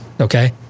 Okay